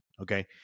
okay